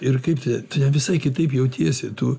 ir kaip te tu ten visai kitaip jautiesi tu